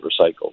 recycled